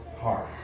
heart